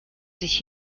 sich